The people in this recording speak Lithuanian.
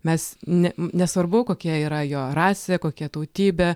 mes ne nesvarbu kokia yra jo rasė kokia tautybė